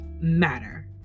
matter